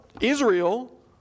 Israel